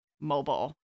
mobile